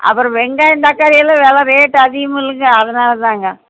அப்புறம் வெங்காயம் தக்காளி வில எல்லாம் ரேட்டு அதிகம் இல்லைங்க அதனாலங்க